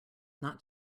not